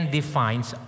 defines